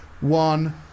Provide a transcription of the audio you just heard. one